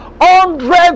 hundreds